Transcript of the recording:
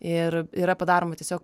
ir yra padaroma tiesiog